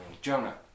Jonah